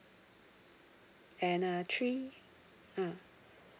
and uh three uh